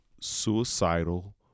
Suicidal